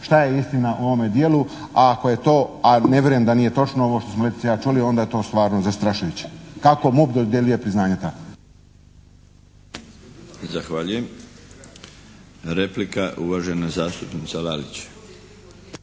šta je istina u ovome dijelu a ako je to, a ne vjerujem da nije točno ovo što smo Letica i ja čuli onda je to stvarno zastrašujuće, kako MUP dodjeljuje priznanja ta. **Milinović, Darko (HDZ)** Zahvaljujem. Replika, uvažena zastupnica Lalić.